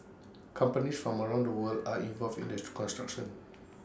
companies from around the world are involved in the construction